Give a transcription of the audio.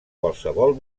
qualsevol